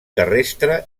terrestre